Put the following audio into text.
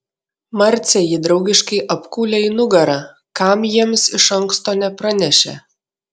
marcė jį draugiškai apkūlė į nugarą kam jiems iš anksto nepranešė